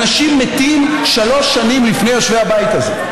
אנשים מתים שלוש שנים לפני יושבי הבית הזה,